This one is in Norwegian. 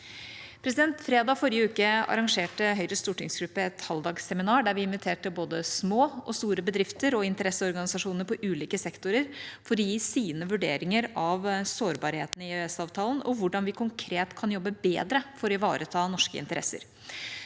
Fredag forrige uke arrangerte Høyres stortingsgruppe et halvdagsseminar der vi inviterte både små og store bedrifter og interesseorganisasjoner fra ulike sektorer til å gi sine vurderinger av sårbarheten i EØS-avtalen, og hvordan vi konkret kan jobbe bedre for å ivareta norske interesser.